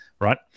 right